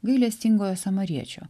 gailestingojo samariečio